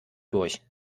durch